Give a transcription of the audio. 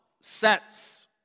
sets